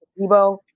Debo